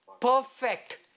perfect